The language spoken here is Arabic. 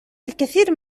الكثير